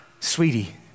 Sweetie